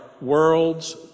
world's